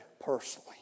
personally